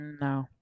no